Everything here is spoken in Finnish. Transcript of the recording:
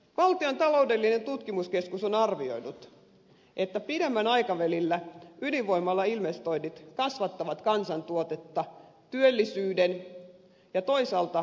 valtion taloudellinen tutkimuskeskus on arvioinut että pidemmällä aikavälillä ydinvoimalainvestoinnit kasvattavat kansantuotetta työllisyyden ja toisaalta kilpailukykyvaikutusten avulla